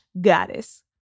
goddess